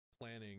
planning